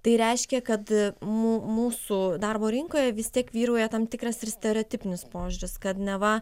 tai reiškia kad mūsų darbo rinkoje vis tiek vyrauja tam tikras ir stereotipinis požiūris kad neva